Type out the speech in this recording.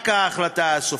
רק ההחלטה הסופית.